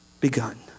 begun